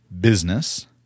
business